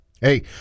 Hey